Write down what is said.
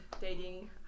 dating